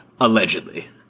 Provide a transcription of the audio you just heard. allegedly